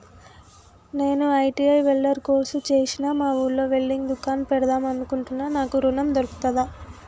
నేను ITI welder course చేశ్న మా ఊర్లో వెల్డింగ్ దుకాన్ పెడదాం అనుకుంటున్నా నాకు ఋణం దొర్కుతదా?